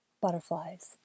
butterflies